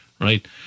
right